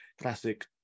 classic